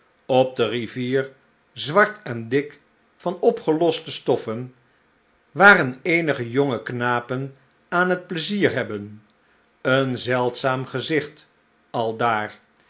op de rivier zwart en dik van opgeloste stoffen waren eenige jonge knapen aan het pleizier hebben een zeldzaam gezicht aldaar